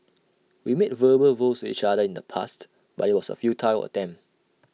we made verbal vows to each other in the past but IT was A futile attempt